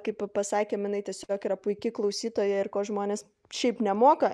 kaip pasakėm jinai tiesiog yra puiki klausytoja ir ko žmonės šiaip nemoka